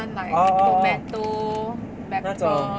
orh orh orh 那种